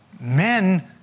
men